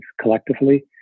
collectively